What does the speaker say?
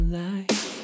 life